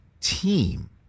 team